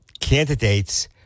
candidates